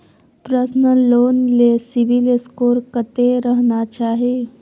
Personal loan ले CIBIL score कत्ते रहना चाही?